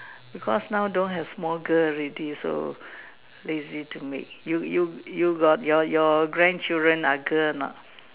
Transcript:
because now don't have small girl already so lazy to make you you you got your your grandchildren ah girl or not